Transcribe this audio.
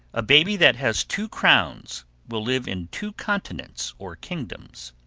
a baby that has two crowns will live in two continents or kingdoms.